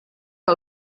que